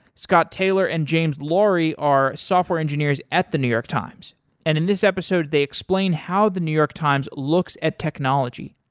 scott taylor and james lawrie are software engineers at the new york times and in this episode they explained how the new york times looks at technology.